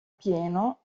pieno